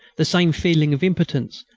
the same feeling of impotence,